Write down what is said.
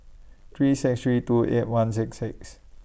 three six three two eight one six six